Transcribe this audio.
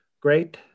great